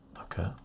okay